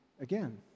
again